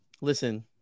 listen